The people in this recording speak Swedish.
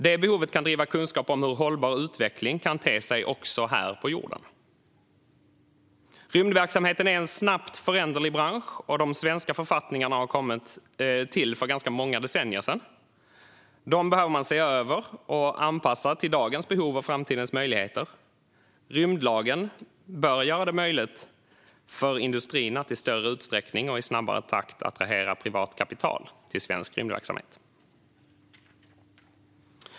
Detta behov kan driva kunskap om hur hållbar utveckling kan te sig också här på jorden. Rymdverksamheten är en snabbt föränderlig bransch, och de svenska författningarna har kommit till för ganska många decennier sedan. Dessa behöver man se över och anpassa till dagens behov och framtidens möjligheter. Rymdlagen bör göra det möjligt för industrin att i större utsträckning och i snabbare takt attrahera privat kapital till svensk rymdverksamhet.